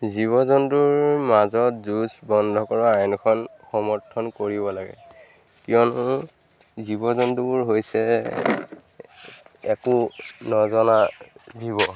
জীৱ জন্তুৰ মাজত যুঁজ বন্ধ কৰা আইনখন সমৰ্থন কৰিব লাগে কিয়নো জীৱ জন্তুবোৰ হৈছে একো নজনা জীৱ